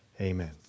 Amen